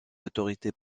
autorités